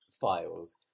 files